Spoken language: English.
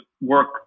work